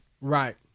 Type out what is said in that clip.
right